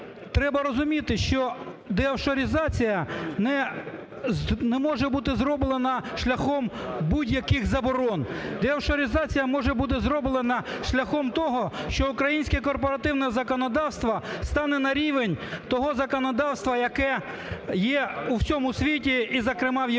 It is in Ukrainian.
треба розуміти, що деофшоризація не може бути зроблена шляхом будь-яких заборон. Деофшоризація може буде зроблена шляхом того, що українське корпоративне законодавство стане на рівень того законодавства, яке є в цьому світі і, зокрема, в Європі.